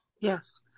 Yes